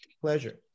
Pleasure